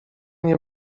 nie